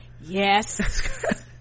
yes